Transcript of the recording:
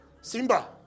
Simba